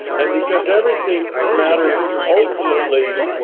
and because everything matters ultimately,